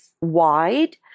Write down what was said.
wide